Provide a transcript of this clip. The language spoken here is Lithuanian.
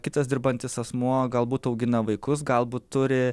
kitas dirbantis asmuo galbūt augina vaikus galbūt turi